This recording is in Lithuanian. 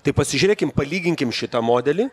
tai pasižiūrėkim palyginkim šitą modelį